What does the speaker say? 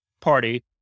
party